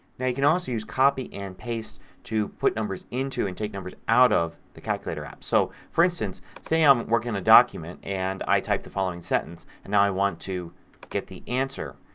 now you can also use copy and paste to put numbers into and take numbers out of the calculator app. so, for instance, say i'm working document and i type the following sentence and now i want to get the answer.